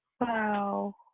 Wow